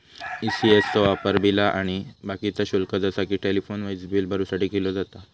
ECS चो वापर बिला आणि बाकीचा शुल्क जसा कि टेलिफोन, वीजबील भरुसाठी केलो जाता